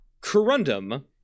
corundum